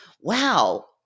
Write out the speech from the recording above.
wow